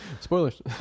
spoilers